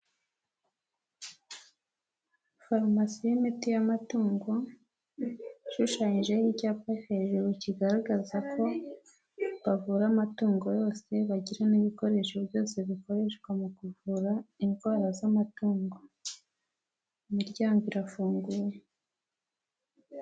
Farumasi y'imiti y'amatungo ishushanyijeho icyapa hejuru kigaragaza ko bavura amatungo yose, bagira n'ibikoresho byose bikoreshwa mu kuvura indwara z'amatungo imiryango irafunguye.